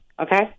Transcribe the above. okay